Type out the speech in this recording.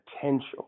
potential